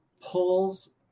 pulls